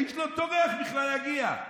האיש לא טורח בכלל להגיע.